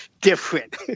different